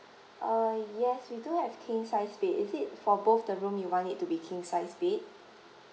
uh yes we do have king sized bed is it for both the room you want it to be king sized bed